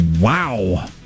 Wow